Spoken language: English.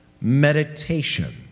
Meditation